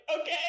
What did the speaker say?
okay